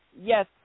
Yes